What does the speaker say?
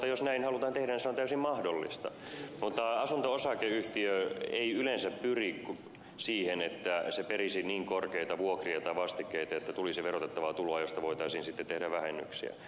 jos näin halutaan tehdä niin se on täysin mahdollista mutta asunto osakeyhtiö ei yleensä pyri siihen että se perisi niin korkeita vuokria tai vastikkeita että tulisi verotettavaa tuloa josta voitaisiin sitten tehdä vähennyksiä